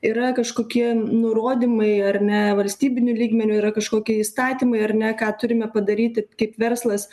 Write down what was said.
yra kažkokie nurodymai ar ne valstybiniu lygmeniu yra kažkokie įstatymai ar ne ką turime padaryti kaip verslas